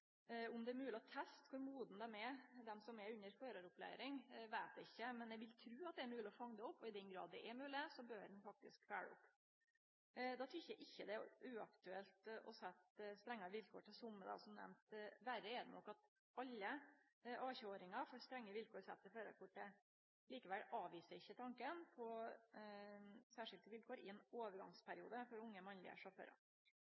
Om det er mogleg å teste kor modne dei er, dei som er under føraropplæring, veit eg ikkje, men eg vil tru at det er mogleg å fange det opp. I den grad det er mogleg, bør ein faktisk følgje opp. Da tykkjer eg ikkje det er uaktuelt å setje strengare vilkår til somme, som nemnt. Verre er det nok at alle 18-åringar får sett strenge vilkår til førarkortet. Likevel avviser eg ikkje tanken på særskilde vilkår i ein